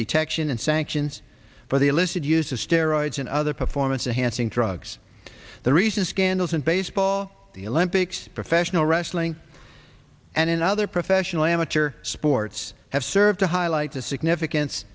detection and sanctions for the illicit use of steroids and other performance enhancing drugs the recent scandals in baseball the olympics professional wrestling and other professional amateur sports have served to highlight the significance